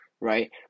right